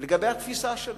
לגבי התפיסה שלו.